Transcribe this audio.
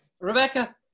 rebecca